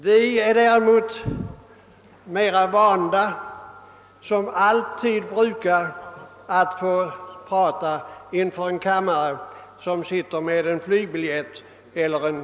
Vi är däremot vana vid att alltid få diskutera inför en kammare vars ledamöter sitter resfärdiga med flygeller tågbiljetter.